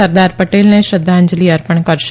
સરદાર પટેલને શ્રધ્ધાંજલિ અર્પણ કરશે